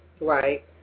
Right